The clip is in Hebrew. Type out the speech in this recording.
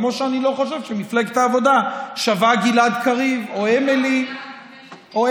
כמו שאני לא חושב שמפלגת העבודה שווה גלעד קריב או אמילי מואטי.